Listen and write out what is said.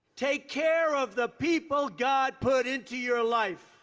take care of the people god put into your life.